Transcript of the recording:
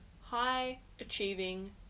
High-achieving